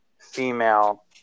female